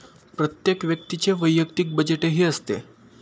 प्रत्येक व्यक्तीचे वैयक्तिक बजेटही असते